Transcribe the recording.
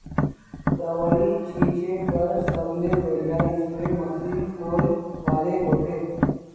दवई छिंचे बर सबले बढ़िया स्प्रे मशीन कोन वाले होथे?